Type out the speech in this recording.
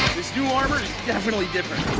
this new armor definitely different